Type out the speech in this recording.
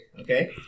okay